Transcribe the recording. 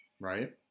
Right